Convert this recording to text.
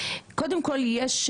קודם כל יש,